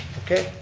okay.